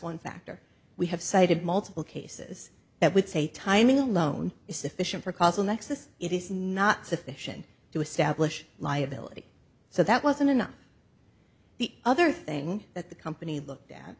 one factor we have cited multiple cases that would say timing alone is sufficient for causal nexus it is not sufficient to establish liability so that wasn't enough the other thing that the company look